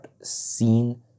seen